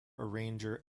arranger